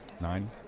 Nine